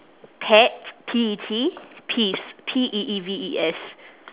pet P E T peeves P E E V E S